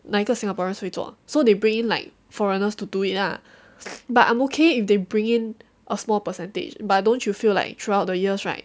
哪一个 singaporeans 会做 so they bring in like foreigners to do it ah but I'm okay if they bring in a small percentage but don't you feel like throughout the years right